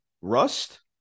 Rust